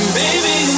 baby